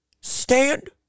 stand